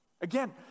Again